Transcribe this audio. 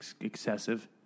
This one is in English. excessive